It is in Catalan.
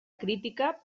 crítica